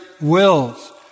wills